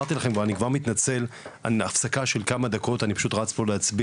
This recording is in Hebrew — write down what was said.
אני אמרתי לכם ואני מתנצל על הפסקה של כמה דקות פשוט אני הולך להצביע,